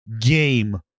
game